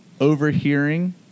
overhearing